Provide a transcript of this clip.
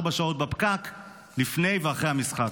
ארבע שעות בפקק לפני ואחרי המשחק?